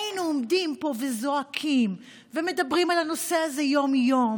היינו עומדים פה וזועקים ומדברים על הנושא הזה יום-יום,